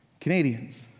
Canadians